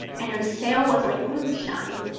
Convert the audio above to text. and her sail was like moonshine.